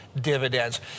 dividends